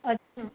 अच्छा